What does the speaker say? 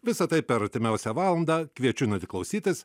visa tai per artimiausią valandą kviečiu ne tik klausytis